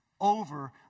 over